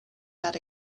that